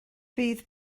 fydd